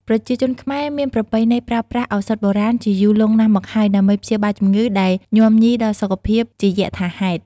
ប្រជាជនខ្មែរមានប្រពៃណីប្រើប្រាស់ឱសថបុរាណជាយូរលង់ណាស់មកហើយ ដើម្បីព្យាបាលជំងឺដែលញាំញីដល់សុខភាពជាយថាហេតុ។